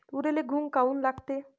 तुरीले घुंग काऊन लागते?